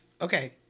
Okay